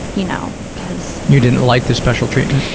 you know, because you didn't like the special treatment?